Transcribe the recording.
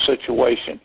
situation